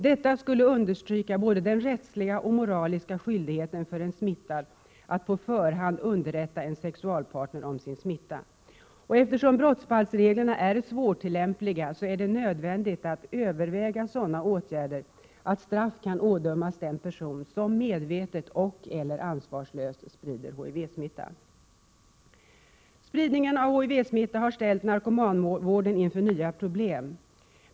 Detta skulle understryka den rättsliga och moraliska skyldigheten för en smittad att på förhand underrätta en sexualpartner om sin smitta. Eftersom brottsbalksreglerna är svåra att tillämpa är det nödvändigt att överväga sådana åtgärder att straff kan ådömas den person som medvetet och/eller ansvarslöst sprider HIV-smitta. Spridningen av HIV-smitta har ställt narkomanvården inför nya problem.